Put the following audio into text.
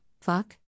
fuck